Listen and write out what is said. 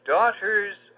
Daughters